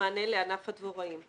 מענה לענף הדבוראים.